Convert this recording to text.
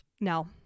No